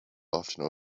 often